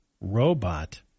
robot